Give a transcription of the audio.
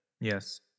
Yes